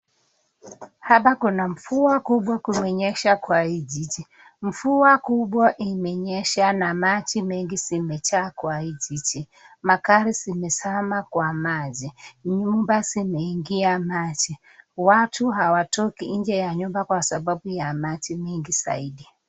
Hapa kuna mvua kubwa kumenyesha kwa hii jiji ,mvua kubwa imenyesha na maji mengi zimejaa kwa hii jiji ,magari zimezama kwa maji ,nyumba zimeingia maji ,watu hawatoki nje ya nyumba kwa sababu ya maji mingi zaidi.